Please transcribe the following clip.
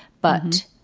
but.